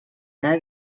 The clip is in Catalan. cada